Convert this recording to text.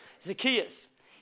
Zacchaeus